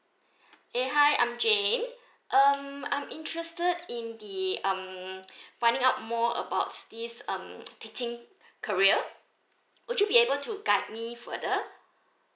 eh hi I'm jane um I'm interested in the um finding out more about this um teaching career would you be able to guide me further